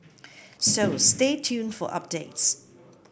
so stay tuned for updates